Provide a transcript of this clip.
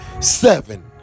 seven